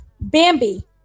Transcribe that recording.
Bambi